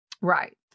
right